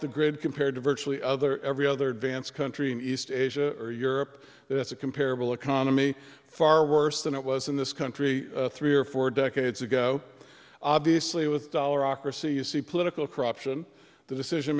compared to virtually other every other dance country in east asia or europe it's a comparable economy far worse than it was in this country three or four decades ago obviously with dollar ocracy you see political corruption the decision